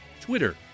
Twitter